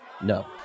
no